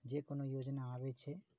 जे कोनो योजना आबै छै